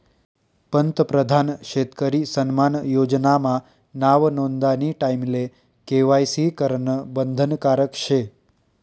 पंतप्रधान शेतकरी सन्मान योजना मा नाव नोंदानी टाईमले के.वाय.सी करनं बंधनकारक शे